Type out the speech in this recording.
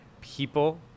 people